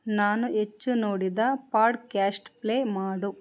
ನಾನು ಹೆಚ್ಚು ನೋಡಿದ ಪಾಡ್ಕ್ಯಾಸ್ಟ್ ಪ್ಲೇ ಮಾಡು